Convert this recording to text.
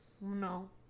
no